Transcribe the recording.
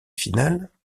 finales